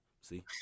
See